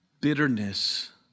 bitterness